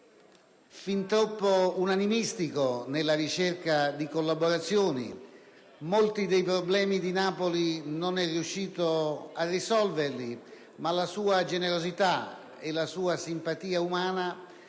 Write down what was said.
fin troppo unanimistico nella ricerca di collaborazioni; molti dei problemi di Napoli non è riuscito a risolverli, ma la sua generosità e la sua simpatia umana